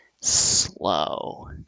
slow